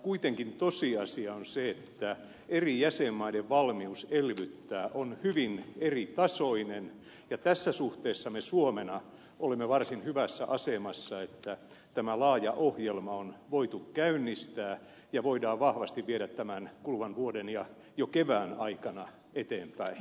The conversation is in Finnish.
kuitenkin tosiasia on se että eri jäsenmaiden valmius elvyttää on hyvin eritasoinen ja tässä suhteessa me suomena olemme varsin hyvässä asemassa että tämä laaja ohjelma on voitu käynnistää ja voidaan vahvasti viedä tämän kuluvan vuoden ja jo kevään aikana eteenpäin